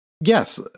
Yes